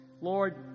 Lord